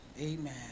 Amen